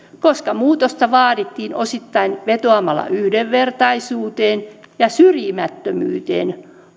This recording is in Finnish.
koska muutosta vaadittiin osittain vetoamalla yhdenvertaisuuteen ja syrjimättömyyteen